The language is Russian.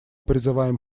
призываем